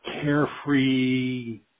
carefree